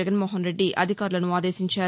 జగన్మోహన్ రెడ్డి అధికారులను ఆదేశించారు